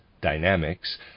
dynamics